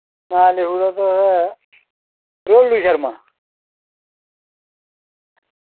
नां लिखुड़ेओ तुस गोल्लु शर्मा